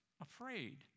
afraid